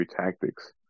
tactics